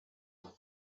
and